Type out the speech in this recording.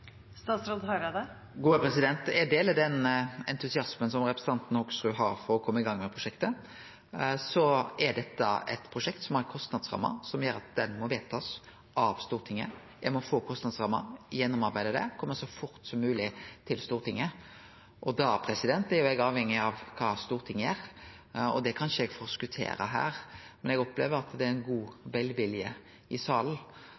den entusiasmen som representanten Hoksrud har for å kome i gang med prosjektet. Så er dette eit prosjekt som har ei kostnadsramme som gjer at det må bli vedtatt av Stortinget. Eg må få kostnadsramma, gjennomarbeide det og kome så fort som mogleg til Stortinget, og da er eg avhengig av kva Stortinget gjer. Det kan ikkje eg forskotere her, men eg opplever at det er ein god velvilje i salen,